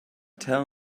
tell